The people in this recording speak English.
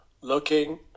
looking